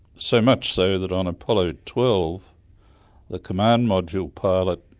so much so that on apollo twelve the command module pilot,